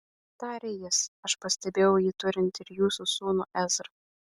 tarė jis aš pastebėjau jį turint ir jūsų sūnų ezrą